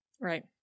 Right